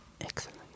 Excellent